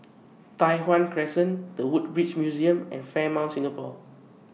Tai Hwan Crescent The Woodbridge Museum and Fairmont Singapore